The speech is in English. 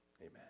amen